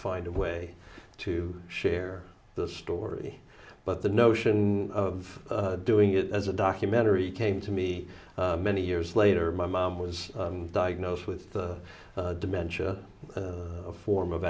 find a way to share the story but the notion of doing it as a documentary came to me many years later my mom was diagnosed with dementia a form of